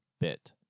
bit